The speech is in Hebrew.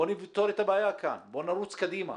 בואו נפתור את הבעיה כאן, בואו נרוץ קדימה.